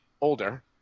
older